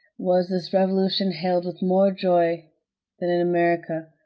was this revolution hailed with more joy than in america.